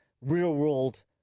real-world